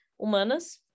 humanas